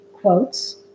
quotes